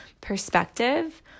perspective